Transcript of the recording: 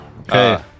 Okay